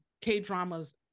K-dramas